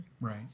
Right